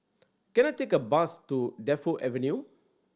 can I take a bus to Defu Avenue